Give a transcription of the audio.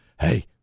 hey